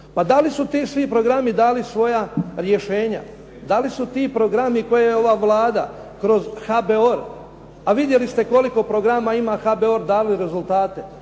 Pa da li su ti svi programi dali svoja rješenja? Da li su ti programi koje je ova Vlada kroz HBOR, a vidjeli ste koliko programa ima HBOR dali rezultate.